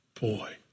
boy